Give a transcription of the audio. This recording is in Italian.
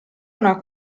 una